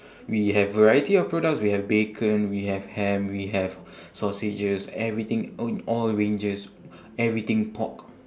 we have variety of products we have bacon we have ham we have sausages everything a~ all ranges everything pork